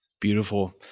Beautiful